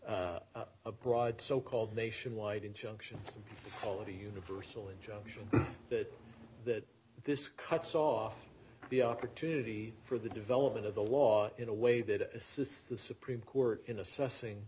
a broad so called nationwide injunction all of a universal injunction that that this cuts off the opportunity for the development of the law in a way that it assists the supreme court in assessing